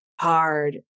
hard